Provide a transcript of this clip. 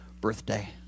birthday